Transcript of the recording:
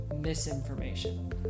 misinformation